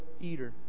eater